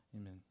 amen